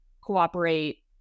cooperate